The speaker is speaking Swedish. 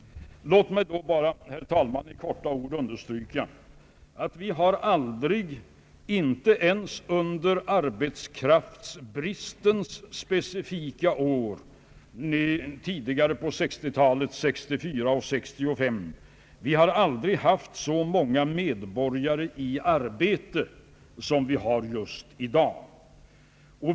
Låt mig då, herr talman, bara helt kort understryka, att vi aldrig, inte ens under arbetskraftsbristens specifika år 1964 och 1965, haft så många medborgare i arbete som vi har just i dag.